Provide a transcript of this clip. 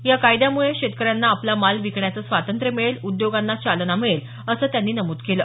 या कायद्यामुळे शेतकर्यांना आपला माल विकण्याचं स्वातंत्र्य मिळेल उद्योगांना चालना मिळेल असं त्यांनी नमूद केलं